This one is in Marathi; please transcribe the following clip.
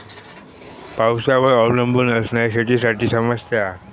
पावसावर अवलंबून असना शेतीसाठी समस्या हा